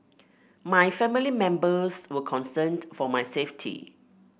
my family members were concerned for my safety